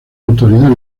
autoridad